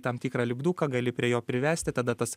tam tikrą lipduką gali prie jo privesti tada tas